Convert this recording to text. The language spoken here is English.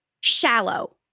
shallow